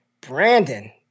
Brandon